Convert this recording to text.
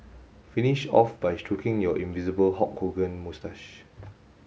finish off by stroking your invisible Hulk Hogan moustache